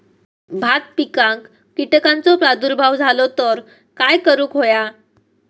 भात पिकांक कीटकांचो प्रादुर्भाव झालो तर काय करूक होया?